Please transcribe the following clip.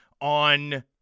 on